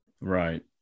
Right